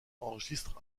enregistre